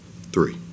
Three